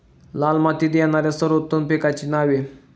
लाल मातीत येणाऱ्या सर्वोत्तम पिकांची नावे?